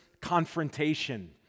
confrontation